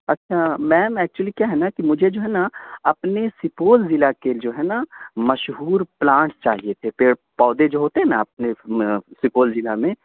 اچھا ma'am actually کیا ہے نا کہ مجھے جو ہے نا اپنی سپول ضلع کے جو ہے نا مشہور پلانٹ چاہیے تھے پیڑ پودے جو ہوتے ہیں نا اپنے سپول ضلع میں